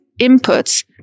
inputs